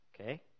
Okay